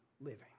living